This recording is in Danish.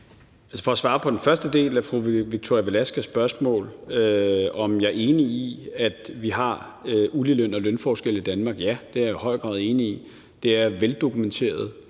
Svaret på den første del af fru Victoria Velasquez spørgsmål om, om jeg er enig i, at vi har uligeløn og lønforskelle i Danmark, er: Ja, det er jeg i høj grad enig i. Det er veldokumenteret